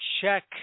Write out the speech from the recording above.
check